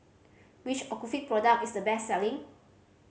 which Ocuvite product is the best selling